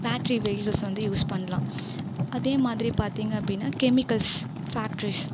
battery vehicles வந்து use பண்ணலாம் அதே மாதிரி பார்த்தீங்க அப்படின்னா கெமிக்கல்ஸ் ஃபேக்ட்ரிஸ்